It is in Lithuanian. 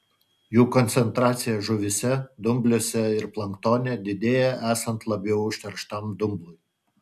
jų koncentracija žuvyse dumbliuose ir planktone didėja esant labiau užterštam dumblui